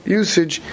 usage